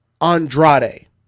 Andrade